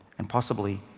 and, possibly,